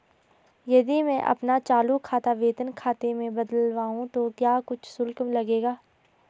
यदि मैं अपना चालू खाता वेतन खाते में बदलवाऊँ तो क्या कुछ शुल्क लगेगा?